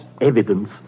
evidence